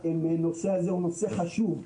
שהנושא הזה הוא נושא חשוב,